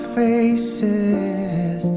faces